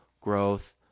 growth